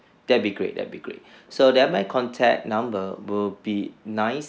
that'll be great that'll be great so that my contact number would be nine